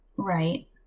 Right